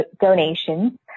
donations